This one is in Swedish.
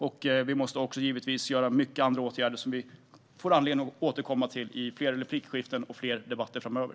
Givetvis måste vi vidta många andra åtgärder som vi får anledning att återkomma till i fler replikskiften och i fler debatter framöver.